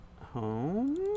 Home